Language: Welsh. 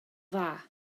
dda